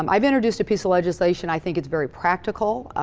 um i've introduced a piece of legislation, i think it's very practical.